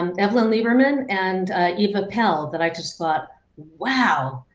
um evelyn lieberman and eva pell that i just thought wow,